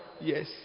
Yes